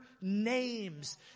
names